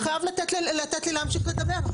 אתה חייב לתת לי להמשיך לדבר,